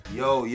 yo